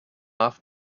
off